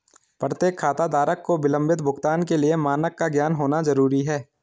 प्रत्येक खाताधारक को विलंबित भुगतान के लिए मानक का ज्ञान होना जरूरी है